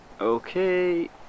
Okay